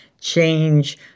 change